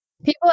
People